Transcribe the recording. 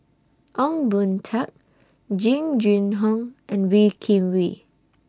Ong Boon Tat Jing Jun Hong and Wee Kim Wee